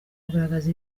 kugaragaza